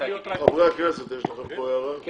חברי הכנסת, יש לכם הערה על